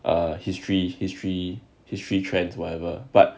err history history history trends whatever but